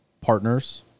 partners